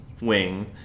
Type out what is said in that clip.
wing